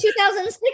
2006